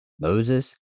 Moses